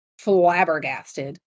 flabbergasted